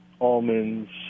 almonds